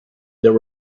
there